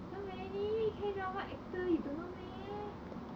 so many K drama actor you don't know meh